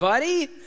Buddy